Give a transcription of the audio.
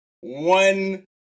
one